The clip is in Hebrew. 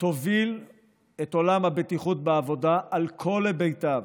תוביל את עולם הבטיחות בעבודה על כל היבטיו.